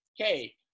Okay